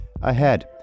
Ahead